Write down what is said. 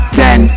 ten